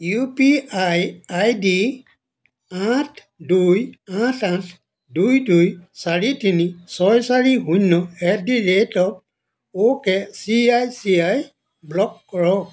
U P I I D আঠ দুই আঠ আঠ দুই দুই চাৰি তিনি ছয় চাৰি শূন্য at the rate of ok C I C I block কৰক